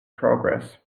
progress